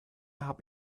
habe